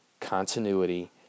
continuity